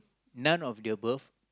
none of the above